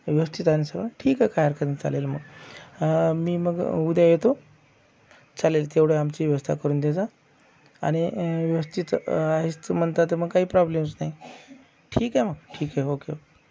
व्यवस्थित आहे ना सगळं ठीक आहे काय हरकत नाही चालेल मग मी मग उद्या येतो चालेल तेवढं आमची व्यवस्था करून देजा आणि व्यवस्थित आहेच म्हणता तर मग काही प्रॉब्लेमच नाही ठीक आहे मग ठीक आहे ओके